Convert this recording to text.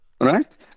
right